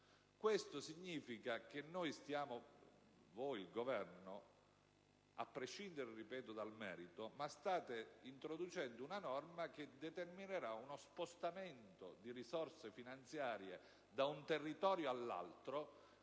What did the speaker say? Ciò significa che il Governo, a prescindere dal merito, sta introducendo una norma che determinerà uno spostamento corposo di risorse finanziarie da un territorio all'altro,